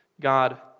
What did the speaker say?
God